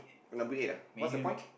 number eight ah what's the point